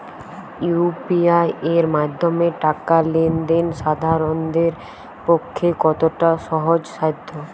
UPI এর মাধ্যমে টাকা লেন দেন সাধারনদের পক্ষে কতটা সহজসাধ্য?